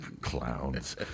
Clowns